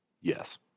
Yes